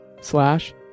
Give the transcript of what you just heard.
slash